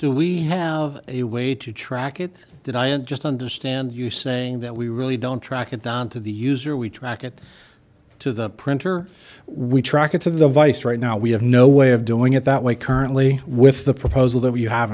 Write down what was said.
do we have a way to track it did i and just understand you saying that we really don't track it down to the user we track it to the printer we track it to the device right now we have no way of doing it that way currently with the proposal that w